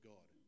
God